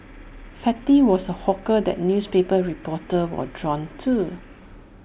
fatty was A hawker that newspaper reporters were drawn to